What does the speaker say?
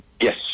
Yes